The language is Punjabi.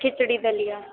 ਖਿਚੜੀ ਦਲੀਆ